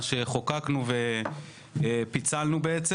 חוקקנו ופיצלנו.